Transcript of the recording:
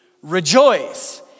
rejoice